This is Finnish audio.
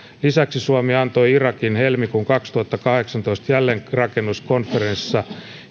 lisäksi suomi antoi irakin helmikuun kaksituhattakahdeksantoista jälleenrakennuskonferenssissa